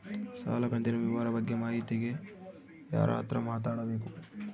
ಸಾಲ ಕಂತಿನ ವಿವರ ಬಗ್ಗೆ ಮಾಹಿತಿಗೆ ಯಾರ ಹತ್ರ ಮಾತಾಡಬೇಕು?